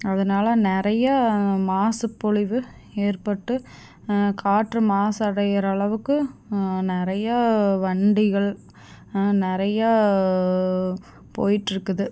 அதனால நிறைய மாசு பொலிவு ஏற்பட்டு காற்று மாசடைகிற அளவுக்கு நிறையா வண்டிகள் நிறையா போயிட்டுருக்குது